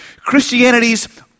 Christianity's